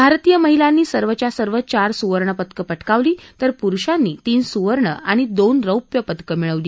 भारतीय महिलांनी सर्वच्या सर्व चार सुवर्णपदकं पटकावली तर पुरुषांनी तीन सुवर्ण आणि दोन रौप्य पदकं मिळवली